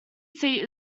seat